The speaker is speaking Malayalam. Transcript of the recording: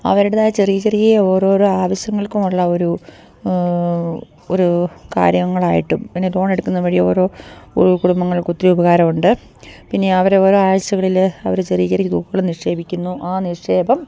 അവരുടേതായ ചെറിയ ചെറിയ ഓരോരോ ആവശ്യങ്ങൾക്കുമുള്ള ഒരു ഒരു കാര്യങ്ങളായിട്ടും പിന്നെ ലോണെടുക്കുന്നത് വഴി ഓരോ ഓരോ കുടുംബങ്ങൾക്കും ഒത്തിരി ഉപകാരമുണ്ട് പിന്നെ അവരോരോ ആഴ്ചകളില് അവര് ചെറിയ ചെറിയ തുകകള് നിക്ഷേപിക്കുന്നു ആ നിക്ഷേപം